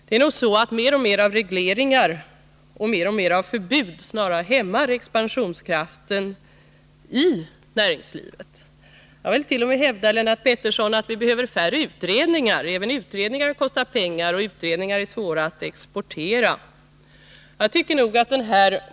Det är nog så att mer av regleringar och av förbud snarare hämmar expansionskraften i näringslivet. Jag vill t.o.m. hävda, Lennart Petersson, att vi behöver färre utredningar. Även utredningar kostar pengar, och de är svåra att exportera.